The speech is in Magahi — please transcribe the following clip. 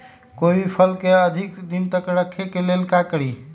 कोई भी फल के अधिक दिन तक रखे के लेल का करी?